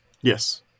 Yes